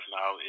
now